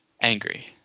angry